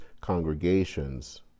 congregations